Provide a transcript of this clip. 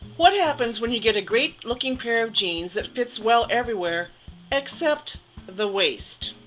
what happens when you get a great-looking pair of jeans that fits well everywhere except the waist?